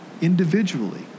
individually